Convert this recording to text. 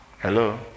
Hello